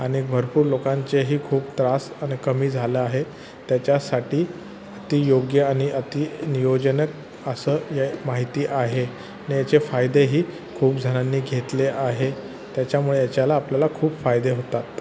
आणि भरपूर लोकांचेही खूप त्रास आणि कमी झालं आहे त्याच्यासाठी ते योग्य आणि अतिनियोजनक असं माहिती आहे आणि याचे फायदेही खूप जणांनी घेतले आहे त्याच्यामुळे याच्याला आपल्याला खूप फायदे होतात